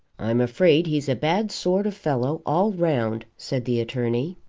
i'm afraid he's a bad sort of fellow all round, said the attorney.